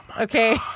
Okay